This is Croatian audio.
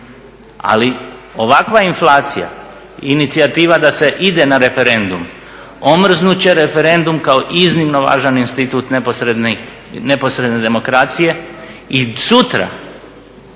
Ali ovakva inflacija inicijativa da se ide na referendum omrazit će referendum kao iznimno važan institut neposredne demokracije i sutra